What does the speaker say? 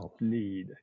need